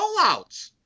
rollouts